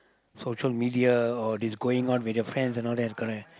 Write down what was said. social media all this going out with their friends and all that correct